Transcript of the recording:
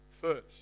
first